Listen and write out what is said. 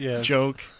joke